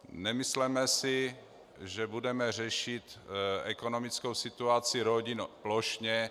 Nemysleme si, že budeme řešit ekonomickou situaci rodin plošně.